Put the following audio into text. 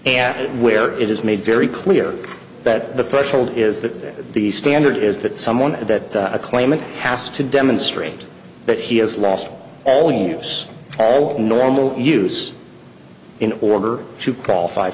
and where it is made very clear that the threshold is that the standard is that someone that a claimant has to demonstrate that he has lost all use all normal use in order to qualify